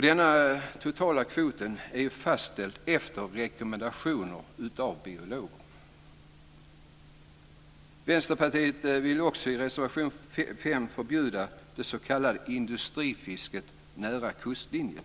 Den totala kvoten är fastställd efter rekommendationer av biologer. Vänsterpartiet vill i en reservation förbjuda det s.k. industrifisket nära kustlinjen.